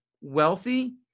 wealthy